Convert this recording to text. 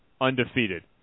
undefeated